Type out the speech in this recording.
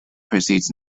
proceeds